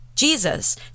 Jesus